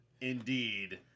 indeed